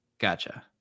Gotcha